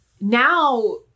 now